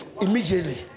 Immediately